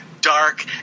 dark